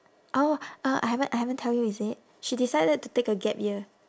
oh uh I haven't I haven't tell you is it she decided to take a gap year